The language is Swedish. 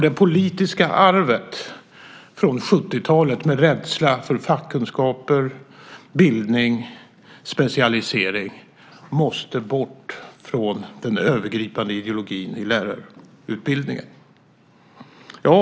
Det politiska arvet från 70-talet, med rädsla för fackkunskaper, bildning och specialisering måste bort från den övergripande ideologin i lärarutbildningen.